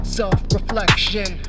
self-reflection